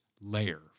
layer